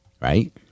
right